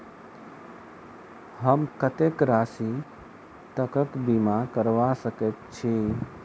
हम कत्तेक राशि तकक बीमा करबा सकैत छी?